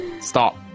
stop